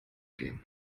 gehen